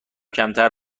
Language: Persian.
کمتر